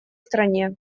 стране